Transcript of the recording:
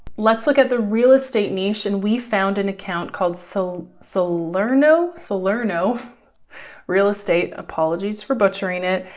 let's look at the real estate niche. and we found an account called so salerno salerno real estate, apologies for butchering it.